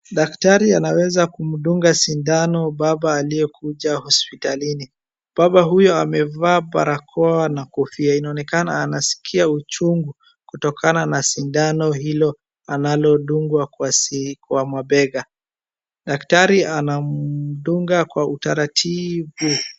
Daktari anaweza kumdunga sindano baba aliyekuja hospitalini. Baba huyo amevaa barakoa na kofia. Inaonekana anaskia uchungu kutokana na sindano hilo analodungwa kwa mabega. Daktari anamdunga kwa utaratibu.